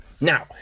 Now